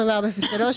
24.03,